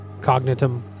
Cognitum